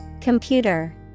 Computer